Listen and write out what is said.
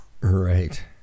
Right